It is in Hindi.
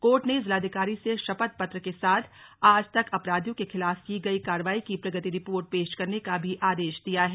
कोर्ट ने जिलाधिकारी से शपथ पत्र के साथ आज तक अपराधियों के खिलाफ की गई कार्रवाई की प्रगति रिपोर्ट पेश करने का भी आदेश दिया है